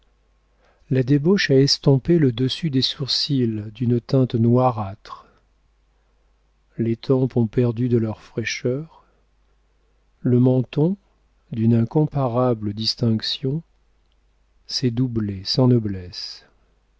la débauche a estompé le dessus des sourcils d'une teinte noirâtre les tempes ont perdu de leur fraîcheur le menton d'une incomparable distinction s'est doublé sans noblesse